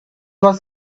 was